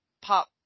pop